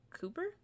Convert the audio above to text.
Cooper